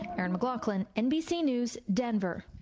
erin mclaughlin, nbc news, denver.